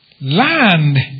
land